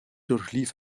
durchlief